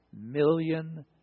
million